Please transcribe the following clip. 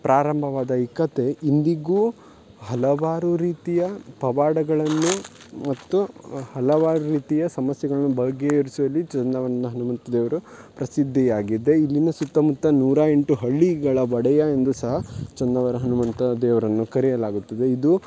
ಪ್ರಾರಂಭವಾದ ಈ ಕತೆ ಇಂದಿಗೂ ಹಲವಾರು ರೀತಿಯ ಪವಾಡಗಳನ್ನು ಮತ್ತು ಹಲವಾರು ರೀತಿಯ ಸಮಸ್ಯೆಗಳನ್ನು ಬಗೆಹರಿಸುವಲ್ಲಿ ಚಂದಾವರದ ಹನುಮಂತ ದೇವರು ಪ್ರಸಿದ್ಧಿಯಾಗಿದೆ ಇಲ್ಲಿನ ಸುತ್ತಮುತ್ತ ನೂರ ಎಂಟು ಹಳ್ಳಿಗಳ ಒಡೆಯ ಎಂದೂ ಸಹ ಚಂದಾವರ ಹನುಮಂತ ದೇವರನ್ನು ಕರೆಯಲಾಗುತ್ತದೆ ಇದು